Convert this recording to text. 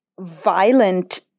violent